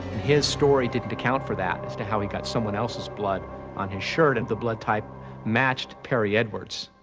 his story didn't account for that, as to how he got someone else's blood on his shirt and the blood type matched perry edwards,